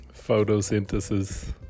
photosynthesis